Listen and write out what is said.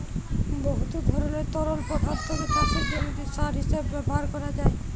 বহুত ধরলের তরল পদাথ্থকে চাষের জমিতে সার হিঁসাবে ব্যাভার ক্যরা যায়